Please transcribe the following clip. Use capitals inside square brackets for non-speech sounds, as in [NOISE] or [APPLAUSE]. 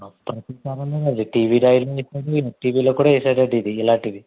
[UNINTELLIGIBLE] TV నైన్లో వేసాడు ఈటీవీలో కూడా వేసాడండి ఇది ఇలాంటిది